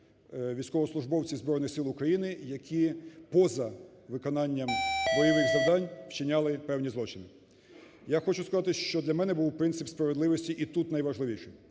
військовослужбовців Збройних Сил України, які поза виконанням бойових завдань вчиняли певні злочини. Я хочу сказати, що для мене був принцип справедливості і тут найважливіше,